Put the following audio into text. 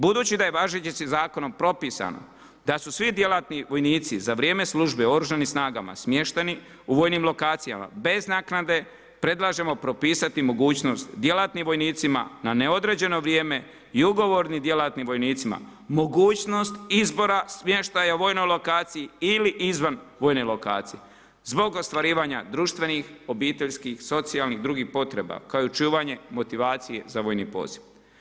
Budući da je važećim zakonom propisano da su svi djelatnici vojnici za vrijeme službe u oružanim snagama smješteni u vojnim lokacijama bez naknade, predlažemo propisati mogućnost djelatnim vojnicima na neodređeno vrijeme i ugovornim djelatnim vojnicima mogućnost izbora smještaja u vojnoj lokaciji ili izvan vojne lokacije zbog ostvarivanja društvenih, obiteljskih, socijalnih i drugih potreba kao i očuvanje motivacije za vojni poziv.